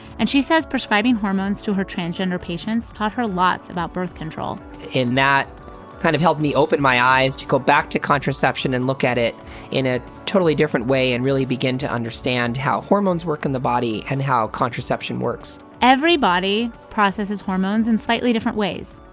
and she says prescribing hormones to her transgender patients taught her lots about birth control and that kind of helped me open my eyes to go back to contraception and look at it in a totally different way and really begin to understand how hormones work in the body and how contraception works every body processes hormones in slightly different ways.